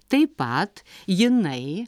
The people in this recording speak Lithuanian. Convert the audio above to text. taip pat jinai